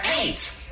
eight